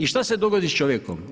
I šta se dogodi sa čovjekom?